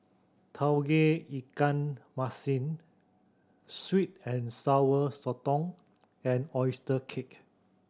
Tauge Ikan Masin sweet and Sour Sotong and oyster cake